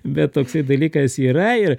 bet toksai dalykas yra ir